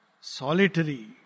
solitary